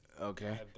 Okay